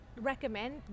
recommend